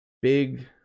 Big